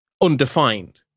undefined